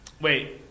wait